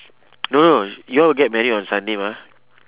no you all will get married on sunday mah